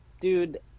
dude